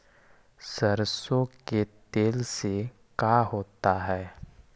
सरसों के तेल से का होता है?